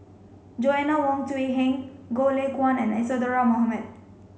Joanna Wong Quee Heng Goh Lay Kuan and Isadhora Mohamed